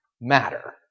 matter